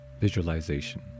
visualization